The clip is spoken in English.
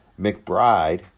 McBride